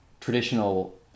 traditional